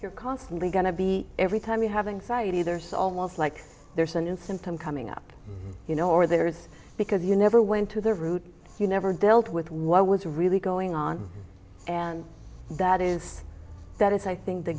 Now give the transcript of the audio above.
you're constantly going to be every time you having citee there's almost like there's a new symptom coming up you know or there is because you never went to the root you never dealt with what i was really going on and that is that is i think the